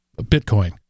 Bitcoin